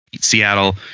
Seattle